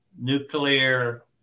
nuclear